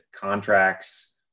contracts